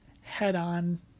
head-on